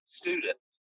students